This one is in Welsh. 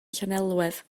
llanelwedd